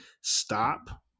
Stop